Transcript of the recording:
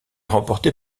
remporté